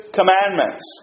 commandments